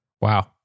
Wow